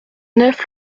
neuf